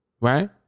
right